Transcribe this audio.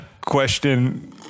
question